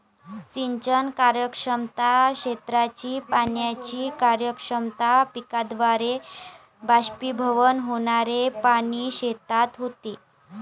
सिंचन कार्यक्षमता, क्षेत्राची पाण्याची कार्यक्षमता, पिकाद्वारे बाष्पीभवन होणारे पाणी शेतात होते